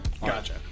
Gotcha